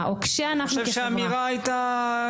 או כשאנחנו --- אני חושב שהאמירה הייתה.